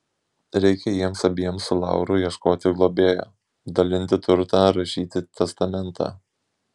reikia jiems abiems su lauru ieškoti globėjo dalinti turtą rašyti testamentą